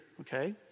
okay